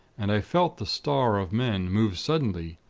and i felt the star of men move suddenly.